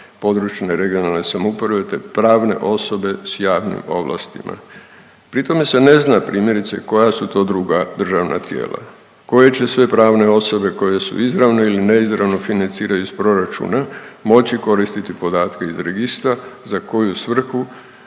područne (regionalne) samouprave te pravne osobe s javnim ovlastima. Pri tome se ne zna, primjerice, koja su to druga državna tijela. Koje će sve pravne osobe koje su izravno ili neizravno financira iz proračuna moći koristiti podatke iz Registra, za koju svrhu,